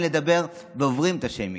שעדיין מפחדים לדבר ועוברים את השיימינג?